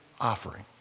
offering